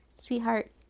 Sweetheart